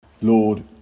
Lord